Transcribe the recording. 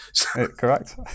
Correct